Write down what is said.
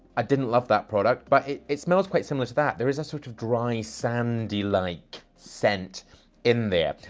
i didn't love that product, but it it smells quite similar to that. there is a sort of dry sandy-like scent in there.